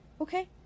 Okay